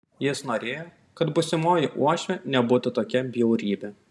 jis norėjo kad būsimoji uošvė nebūtų tokia bjaurybė